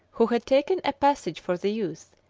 who had taken a passage for the youth,